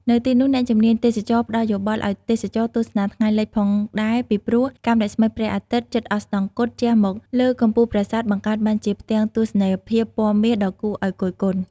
នៅទីនេះ អ្នកជំនាញទេសចរណ៍ផ្តល់យោបល់ឲ្យទេសចរទស្សនាថ្ងៃលិចផងដែរ ពីព្រោះ កាំរស្មីព្រះអាទិត្យជិតអស្តង្គតជះមកលើកំពូលប្រាសាទបង្កើតបានជាផ្ទាំងទស្សនីយភាពពណ៌មាសដ៏គួរឲ្យគយគន់។